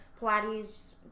Pilates